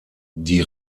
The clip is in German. die